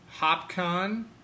HopCon